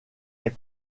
est